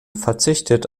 verzichtete